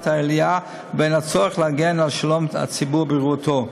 העלייה לבין הצורך להגן על שלום הציבור ובריאותו.